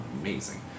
amazing